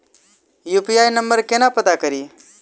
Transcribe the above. UPI number केना पत्ता कड़ी?